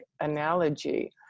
analogy